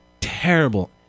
terrible